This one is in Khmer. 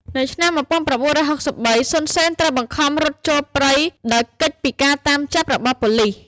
នៅឆ្នាំ១៩៦៣ សុន សេន ត្រូវបង្ខំរត់ចូលព្រៃ ដោយគេចពីការតាមចាប់របស់ប៉ូលិស ។